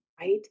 right